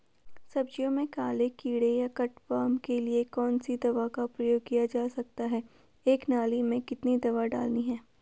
सब्जियों में काले कीड़े या कट वार्म के लिए कौन सी दवा का प्रयोग किया जा सकता है एक नाली में कितनी दवा डालनी है?